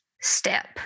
step